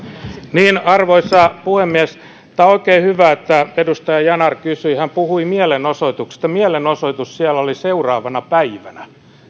arvoisa puhemies on oikein hyvä että edustaja yanar kysyi hän puhui mielenosoituksesta mielenosoitus siellä oli seuraavana päivänä